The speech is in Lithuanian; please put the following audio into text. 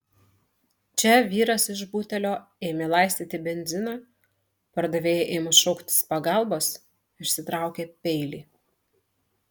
čia vyras iš butelio ėmė laistyti benziną pardavėjai ėmus šauktis pagalbos išsitraukė peilį